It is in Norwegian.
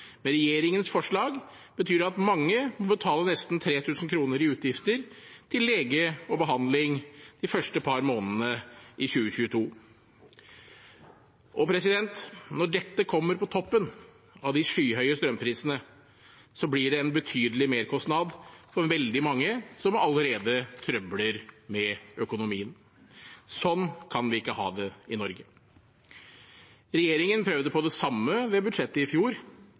Med regjeringens forslag betyr det at mange må betale nesten 3 000 kr i utgifter til lege og behandling de første par månedene i 2022. Når dette kommer på toppen av de skyhøye strømprisene, blir det en betydelig merkostnad for veldig mange som allerede trøbler med økonomien. Sånn kan vi ikke ha det i Norge. Regjeringen prøvde på det samme ved budsjettet i fjor,